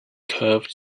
curved